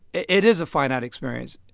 it it is a finite experience.